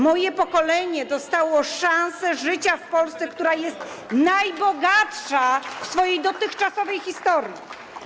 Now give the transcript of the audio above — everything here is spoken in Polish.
moje pokolenie dostało szansę życia w Polsce, która jest najbogatsza w swojej dotychczasowej historii.